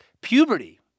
puberty